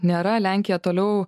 nėra lenkiją toliau